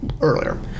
Earlier